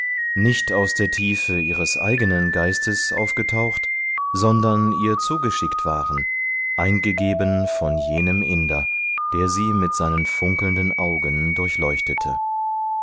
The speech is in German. nicht aus der tiefe ihres eigenen geistes aufgetaucht sondern ihr zugeschickt waren eingegeben von jenem inder der sie mit seinen funkelnden augen durchleuchtete